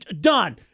done